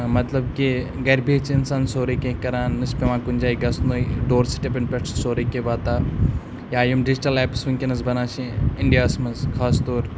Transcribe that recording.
مطلب کہ گَرِ بِہِتھ چھِ اِنسان سورٕے کینٛہہ کَران نہ چھِ پٮ۪وان کُنہِ جایہِ گژھُنٕے ڈور سِٹٮ۪پن پٮ۪ٹھ چھُ سورٕے کینٛہہ واتان یا یِم ڈِجٹَل آیپٕس وٕنکٮ۪نَس بَنان چھِ اِنڈیاہَس منٛز خاص طور